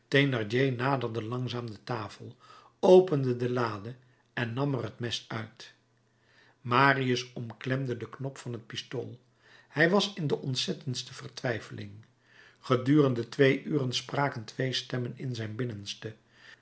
thénardier naderde langzaam de tafel opende de lade en nam er het mes uit marius omklemde den knop van het pistool hij was in de ontzettendste vertwijfeling gedurende twee uren spraken twee stemmen in zijn binnenste